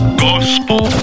gospel